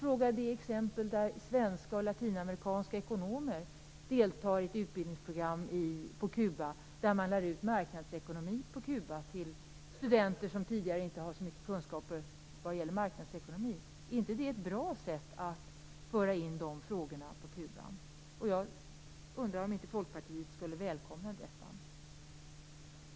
Är det inte bra att svenska och latinamerikanska ekonomer deltar i ett utbildningsprogram på Kuba där man lär ut marknadsekonomi till studenter som tidigare inte har så mycket sådana kunskaper? Är inte det ett bra sätt att föra in de frågorna på Kuba? Jag undrar om Folkpartiet inte välkomnar det.